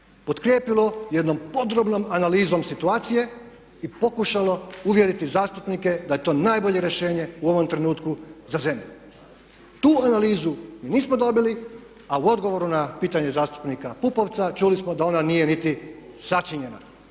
potkrijepilo jednom podrobnom analizom situacije i pokušalo uvjeriti zastupnike da je to najbolje rješenje u ovom trenutku za zemlju. Tu analizu mi nismo dobili, a u odgovoru na pitanje zastupnika Pupovca čuli smo da ona nije niti sačinjena.